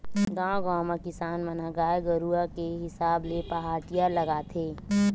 गाँव गाँव म किसान मन ह गाय गरु के हिसाब ले पहाटिया लगाथे